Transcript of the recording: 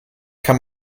kann